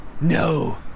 no